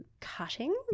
cutting